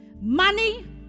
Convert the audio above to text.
Money